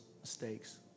mistakes